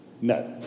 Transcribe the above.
No